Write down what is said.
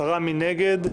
10. מי נגד?